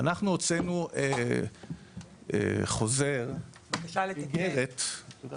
אנחנו הוצאנו חוזר, אני לא זוכר.